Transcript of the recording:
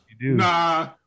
Nah